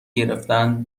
گرفتن